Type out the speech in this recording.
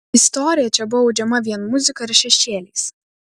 istorija čia buvo audžiama vien muzika ir šešėliais